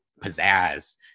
pizzazz